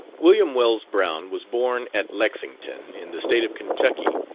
william wells brown was born at lexington, in the state of kentucky,